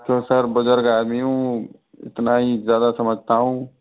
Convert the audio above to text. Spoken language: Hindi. तो सर बुज़ुर्ग आदमी हूँ इतना ही ज़्यादा समझता हूँ